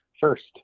first